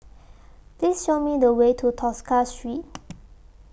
Please Show Me The Way to Tosca Street